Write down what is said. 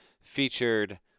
featured